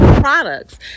products